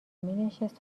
مینشست